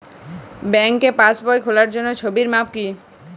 ব্যাঙ্কে পাসবই খোলার জন্য ছবির মাপ কী?